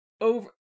over